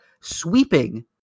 sweeping